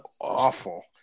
awful